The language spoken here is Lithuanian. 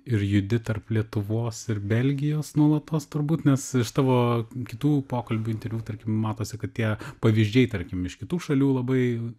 ir judi tarp lietuvos ir belgijos nuolatos turbūt nes tavo kitų pokalbių interviu tarkim matosi kad tie pavyzdžiai tarkim iš kitų šalių labai